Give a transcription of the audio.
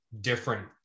different